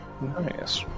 Nice